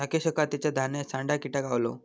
राकेशका तेच्या धान्यात सांडा किटा गावलो